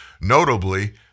notably